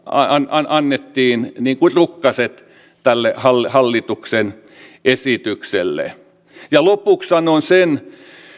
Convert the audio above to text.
annettiin rukkaset tälle hallituksen esitykselle lopuksi sanon sen